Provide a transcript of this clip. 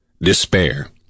Despair